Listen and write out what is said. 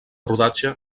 rodatge